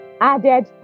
added